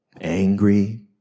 angry